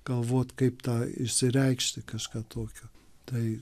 galvot kaip tą išsireikšti kažką tokio tai